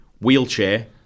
wheelchair